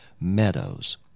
Meadows